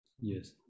yes